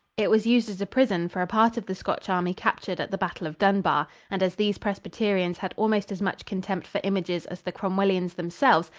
it was used as a prison for a part of the scotch army captured at the battle of dunbar, and as these presbyterians had almost as much contempt for images as the cromwellians themselves,